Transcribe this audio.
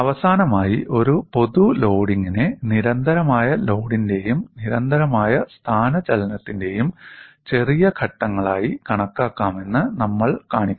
അവസാനമായി ഒരു പൊതു ലോഡിംഗിനെ നിരന്തരമായ ലോഡിന്റെയും നിരന്തരമായ സ്ഥാനചലനത്തിന്റെയും ചെറിയ ഘട്ടങ്ങളായി കണക്കാക്കാമെന്ന് നമ്മൾ കാണിക്കും